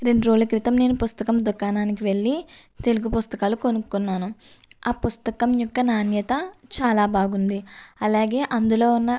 రెండు రోజుల క్రితం నేను పుస్తకం దుకాణానికి వెళ్ళి తెలుగు పుస్తకాలు కొనుక్కున్నాను ఆ పుస్తకం యొక్క నాణ్యత చాలా బాగుంది అలాగే అందులో ఉన్న